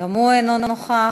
גם הוא אינו נוכח.